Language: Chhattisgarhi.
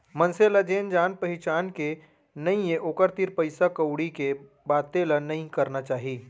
मनसे ल जेन जान पहिचान के नइये ओकर तीर पइसा कउड़ी के बाते ल नइ करना चाही